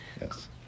Yes